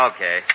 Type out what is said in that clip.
Okay